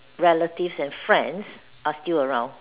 relatives and friends are still around